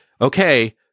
okay